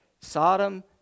Sodom